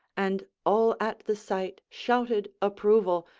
and all at the sight shouted approval,